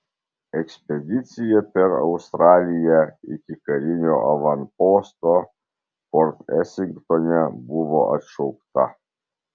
ekspedicija per australiją iki karinio avanposto port esingtone buvo atšaukta